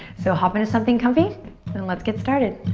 so hop into something comfy and let's get started.